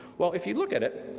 well if you look at it,